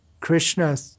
Krishna